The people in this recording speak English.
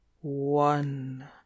one